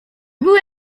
były